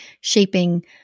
shaping